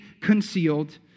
concealed